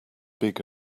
big